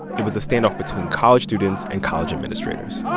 it was a standoff between college students and college administrators